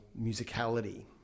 musicality